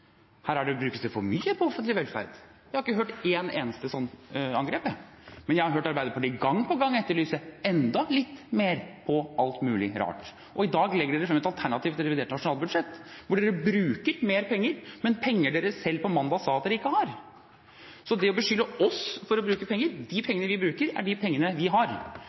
her brukes det for mye på offentlig velferd. Jeg har ikke hørt et eneste slikt angrep, men jeg har hørt Arbeiderpartiet gang på gang etterlyse enda litt mer på alt mulig rart. Og i dag legger dere frem et alternativt revidert nasjonalbudsjett hvor dere bruker mer penger, men penger dere på mandag selv sa at dere ikke har. Så dere beskylder oss for å bruke penger – men de pengene vi bruker, er de pengene vi har.